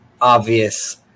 obvious